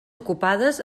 ocupades